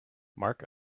mark